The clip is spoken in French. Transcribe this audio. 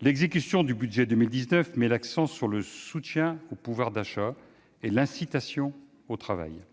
L'exécution du budget 2019 met l'accent sur le soutien au pouvoir d'achat et l'incitation au travail, notamment